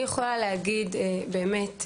אני יכולה להגיד באמת,